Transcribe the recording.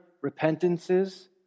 repentances